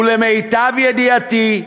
ולמיטב ידיעתי,